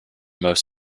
most